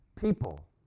people